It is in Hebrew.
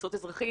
קנסות אזרחיים.